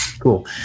Cool